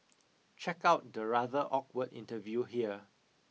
check out the rather awkward interview here